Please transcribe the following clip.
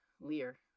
Lear